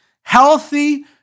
Healthy